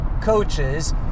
coaches